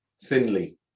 thinly